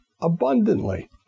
abundantly